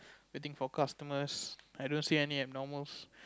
waiting for customers I don't see any abnormals